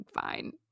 fine